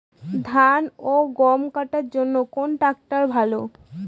ধান ও গম কাটার জন্য কোন ট্র্যাক্টর ভালো?